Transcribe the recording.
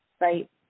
right